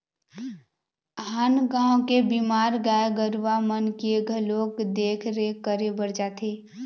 आन गाँव के बीमार गाय गरुवा मन के घलोक देख रेख करे बर जाथे